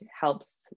helps